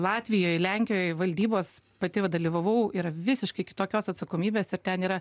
latvijoj lenkijoj valdybos pati va dalyvavau yra visiškai kitokios atsakomybės ir ten yra